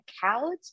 couch